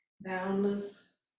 boundless